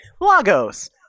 lagos